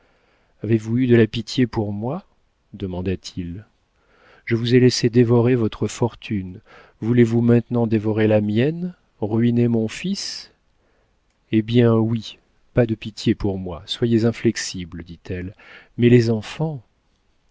avez-vous eu de la pitié pour moi demanda-t-il je vous ai laissée dévorer votre fortune voulez-vous maintenant dévorer la mienne ruiner mon fils eh bien oui pas de pitié pour moi soyez inflexible dit-elle mais les enfants